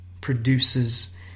produces